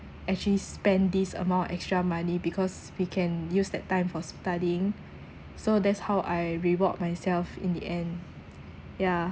actually spent this amount extra money because we can use that time for studying so that's how I reward myself in the end ya